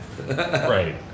Right